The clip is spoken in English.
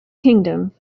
kingdom